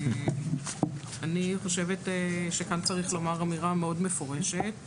אני חושבת שכאן צריך לומר אמירה מאוד מפורשת